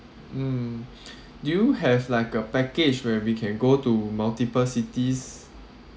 mm do you have like a package where we can go to multiple cities